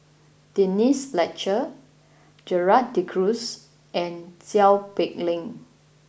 Denise Fletcher Gerald De Cruz and Seow Peck Leng